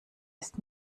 ist